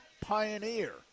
Pioneer